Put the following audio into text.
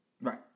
Right